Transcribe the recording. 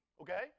okay